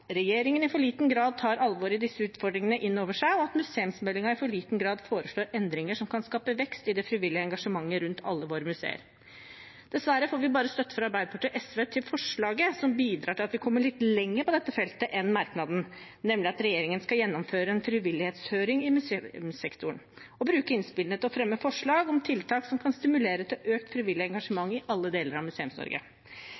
i for liten grad tar alvoret i disse utfordringen inn over seg, og at museumsmeldinga i for liten grad foreslår endringer som kan skape vekst i det frivillige engasjementet rundt alle våre museer». Dessverre får vi bare støtte fra Arbeiderpartiet og SV til forslaget som bidrar til at vi kommer litt lenger på dette feltet enn det merknaden beskriver, nemlig at regjeringen skal gjennomføre en frivillighetshøring i museumssektoren og bruke innspillene til å fremme forslag om tiltak som kan stimulere til økt frivillig